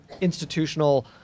institutional